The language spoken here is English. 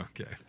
Okay